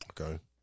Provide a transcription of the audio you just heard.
Okay